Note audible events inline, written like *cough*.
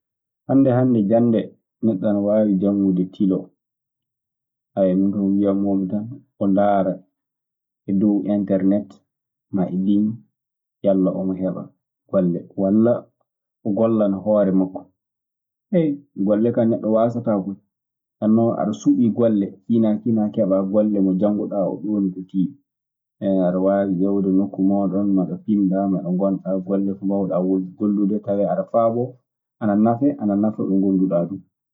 Hannde Hannde! Jannde, neɗɗo nawaawi janngude tilo-ayo ko mbiyanmoomi tan, o ndaara dow enternetu ma e linŋu, yalla omo heɓa golle; walla o gollana hoore makko. *hesitation* Golle kaa neɗɗo waasataa koy, nenno aɗa suɓii golle mbiyaa sinaa keɓaa golle mo njannguɗaa oo ɗum woni ko tiiɗii. *hesitation* aɗa waawi ƴewde nokku mooɗom, ɗo pinɗaa, na ɗo ngonɗaa. Golle ko mbawɗaa gollude tawee aɗa faaboo, ana nafe ana nafa mbe ngonduɗaa duu.